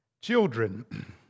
Children